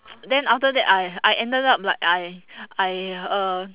then after that I I ended up like I I uh